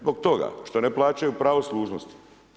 Zbog toga što ne plaćaju pravo služnosti.